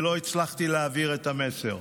ולא הצלחתי להעביר את המסר.